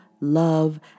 love